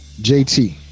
JT